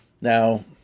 Now